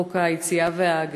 חוק לציון יום היציאה והגירוש.